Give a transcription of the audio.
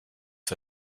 for